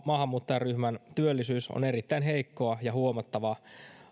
maahanmuuttajaryhmän työllisyys on erittäin heikkoa ja huomattava